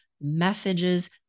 messages